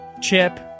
Chip